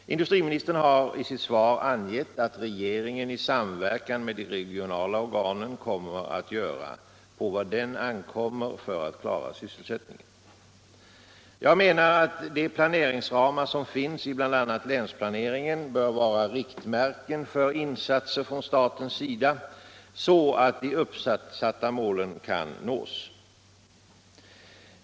Industriministern har i sitt svar angett att regeringen i samverkan med de regionala organen ämnar göra vad på den ankommer för att klara sysselsättningen. De planeringsramar som finns i bl.a. länsplaneringen bör vara riktmärken för insatser från statens sida så att de uppsatta målen kan nås.